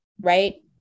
right